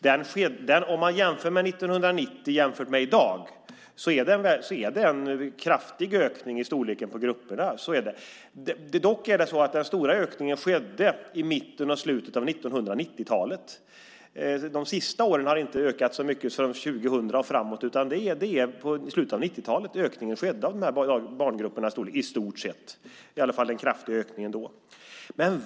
Om man jämför hur det var 1990 med hur det är i dag kan man se att det har skett en kraftig ökning av storleken på grupperna. Så är det. Det är dock så att den stora ökningen skedde i mitten och slutet av 1990-talet. De sista åren sedan 2000 och framåt har det inte ökat så mycket, utan det var i slutet av 90-talet som ökningen av de här barngruppernas storlek i stort sett skedde. Det var i alla fall en kraftig ökning då.